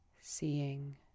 seeing